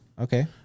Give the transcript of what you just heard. Okay